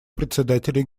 председателей